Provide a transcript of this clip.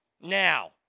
Now